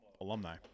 alumni